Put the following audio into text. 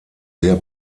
sehr